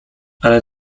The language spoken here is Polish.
ale